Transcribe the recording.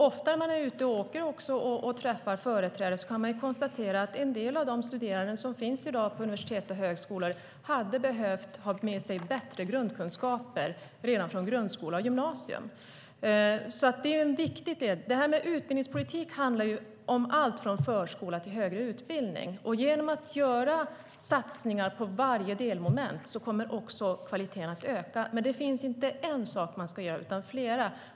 Ofta när man är ute och åker och träffar företrädare kan man konstatera att en del av de studerande som i dag finns på universitet och högskolor hade behövt ha med sig bättre grundkunskaper redan från grundskolan och gymnasium. Utbildningspolitik handlar om allt från förskola till högre utbildning. Genom att göra satsningar på varje delmoment kommer också kvaliteten att öka. Men det är inte bara en sak som man ska göra utan flera.